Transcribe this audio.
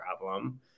problem